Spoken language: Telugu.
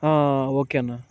ఓకే అన్నా